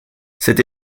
cette